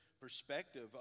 perspective